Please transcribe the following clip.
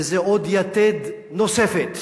וזו עוד יתד נוספת